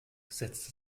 setzte